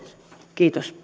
kiitos